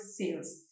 sales